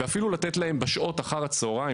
ואפילו לתת להם בשעות אחר הצוהריים,